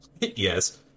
Yes